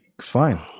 fine